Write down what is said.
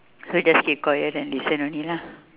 so you just keep quiet and listen only lah